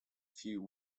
few